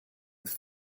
with